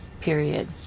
period